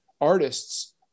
artists